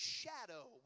shadow